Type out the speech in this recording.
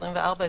24,